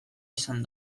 izan